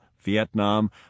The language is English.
Vietnam